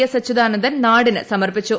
S Achuthanandan നാടിന് സമർപ്പിച്ചു